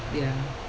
ya